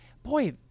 Boy